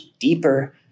deeper